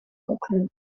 oakland